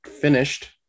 finished